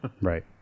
Right